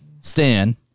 Stan